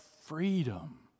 freedom